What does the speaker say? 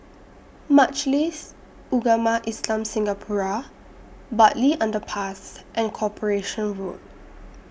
Majlis Ugama Islam Singapura Bartley Underpass and Corporation Road